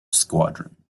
squadron